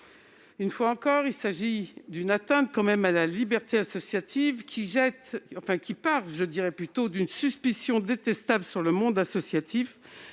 Une fois encore, il s'agit d'une atteinte à la liberté associative. Elle part d'une suspicion détestable jetée sur le monde associatif,